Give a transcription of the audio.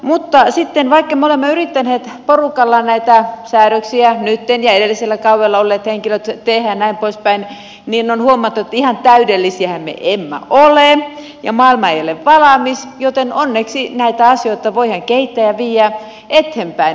mutta sitten vaikka me ja edellisellä kaudella olleet henkilöt olemme yrittäneet porukalla näitä säädöksiä nytten tehdä ja näin poispäin on huomattu että ihan täydellisiähän me emme ole ja maailma ei ole valmis joten onneksi näitä asioita voidaan kehittää ja viedä eteenpäin